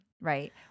right